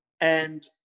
And-